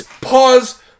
Pause